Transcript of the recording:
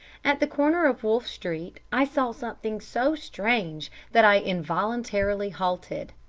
at the corner of wolf street i saw something so strange that i involuntarily halted.